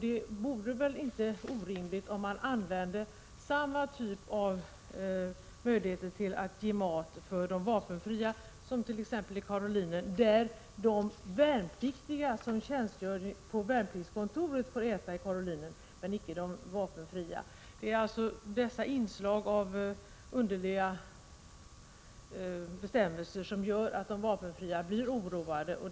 Det vore väl inte orimligt om man utnyttjade samma typ av möjligheter att ge mat åt de vapenfria som finns t.ex. i Karolinen, där nu de värnpliktiga som tjänstgör på värnpliktskontoret får äta — men inte de vapenfria. Det är sådana här underligheter som gör att de vapenfria blir oroade.